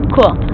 cool